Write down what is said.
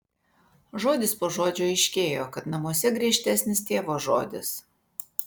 žodis po žodžio aiškėjo kad namuose griežtesnis tėvo žodis